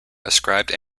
ascribed